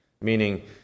meaning